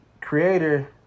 creator